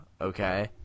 Okay